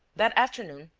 that afternoon,